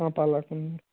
పాలకుంది